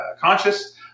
conscious